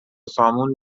سامون